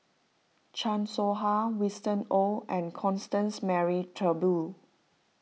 Chan Soh Ha Winston Oh and Constance Mary Turnbull